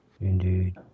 Indeed